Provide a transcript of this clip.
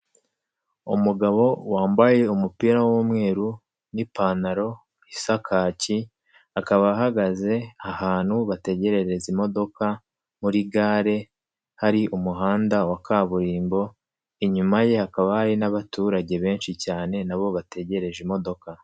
Umugabo wambaye umupira w'umweru n'ipantaro isa kaki, akaba ahagaze ahantu bategerereza imodoka muri gare, hari umuhanda wa kaburimbo, inyuma ye hakaba hari n'abaturage benshi cyane nabo bategereje imodoka.